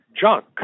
junk